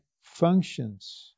functions